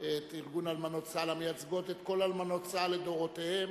את ארגון אלמנות צה"ל המייצגות את כל אלמנות צה"ל לדורותיהן,